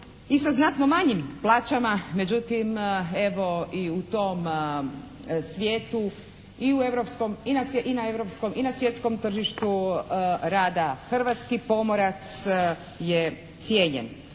i sa znatno manjim plaćama. Međutim evo i u tom svijetu i u europskom i na europskom i na svjetskom tržištu rada hrvatski pomorac je cijenjen.